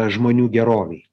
žmonių gerovei